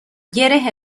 گره